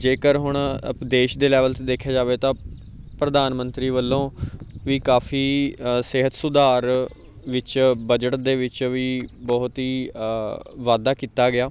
ਜੇਕਰ ਹੁਣ ਆਪਾਂ ਦੇਸ਼ ਦੇ ਲੈਵਲ 'ਤੇ ਦੇਖਿਆ ਜਾਵੇ ਤਾਂ ਪ੍ਰਧਾਨ ਮੰਤਰੀ ਵੱਲੋਂ ਵੀ ਕਾਫੀ ਸਿਹਤ ਸੁਧਾਰ ਵਿੱਚ ਬਜਟ ਦੇ ਵਿੱਚ ਵੀ ਬਹੁਤ ਹੀ ਵਾਧਾ ਕੀਤਾ ਗਿਆ